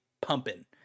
pumping